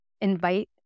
invite